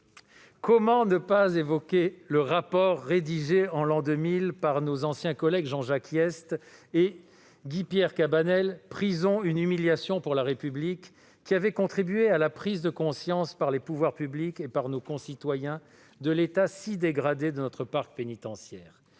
comment ne pas évoquer le rapport rédigé en l'an 2000 par nos anciens collègues Jean-Jacques Hyest et Guy-Pierre Cabanel, qui avait contribué à la prise de conscience par les pouvoirs publics et par nos concitoyens de l'état si dégradé de notre parc pénitentiaire ?